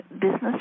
business